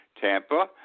Tampa